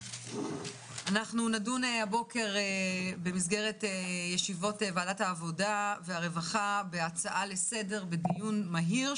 נדון במסגרת ישיבות ועדת העבודה והרווחה בהצעה לסדר-היום בדיון מהיר,